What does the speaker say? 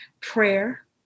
prayer